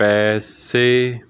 ਪੈਸੇ